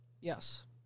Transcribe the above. Yes